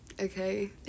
Okay